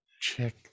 check